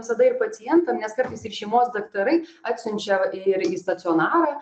visada ir pacientam nes kartais ir šeimos daktarai atsiunčia ir į stacionarą